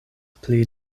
pli